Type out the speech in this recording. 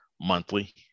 monthly